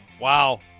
Wow